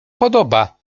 podoba